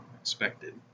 expected